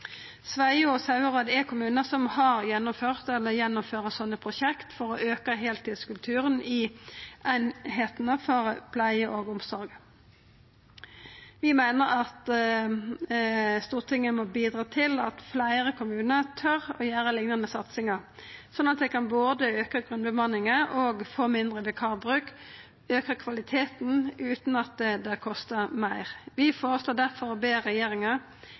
og Sauherad er kommunar som har gjennomført eller gjennomfører sånne prosjekt for å auka heiltidskulturen i einingane for pleie og omsorg. Vi meiner at Stortinget må bidra til at fleire kommunar tør å gjera liknande satsingar, sånn at ein kan både auka grunnbemanninga, få mindre vikarbruk og auka kvaliteten utan at det kostar meir. Vi føreslår difor å be regjeringa